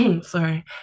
sorry